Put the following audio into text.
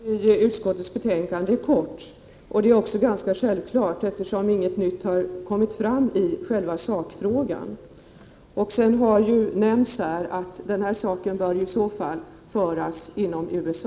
Herr talman! Det är riktigt att svaret i utskottets betänkande är kort. Det är ganska självklart, eftersom ingenting nytt har kommit fram i själva sakfrågan. Som redan har nämnts här, bör saken i så fall drivas inom USA.